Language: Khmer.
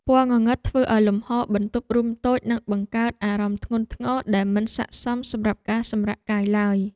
ពណ៌ងងឹតធ្វើឱ្យលំហរបន្ទប់រួមតូចនិងបង្កើតអារម្មណ៍ធ្ងន់ធ្ងរដែលមិនស័ក្តិសមសម្រាប់ការសម្រាកកាយឡើយ។